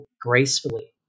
gracefully